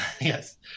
Yes